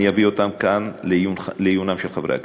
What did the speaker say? אני אביא אותן כאן לעיונם של חברי הכנסת.